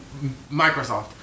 Microsoft